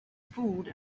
food